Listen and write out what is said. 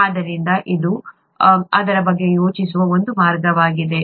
ಆದ್ದರಿಂದ ಇದು ಅದರ ಬಗ್ಗೆ ಯೋಚಿಸುವ ಒಂದು ಮಾರ್ಗವಾಗಿದೆ